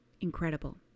incredible